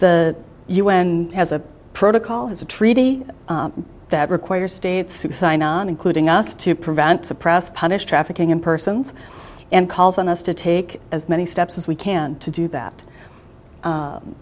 the u n as a protocol is a treaty that requires states to sign on including us to prevent suppress punish trafficking in persons and calls on us to take as many steps as we can to do that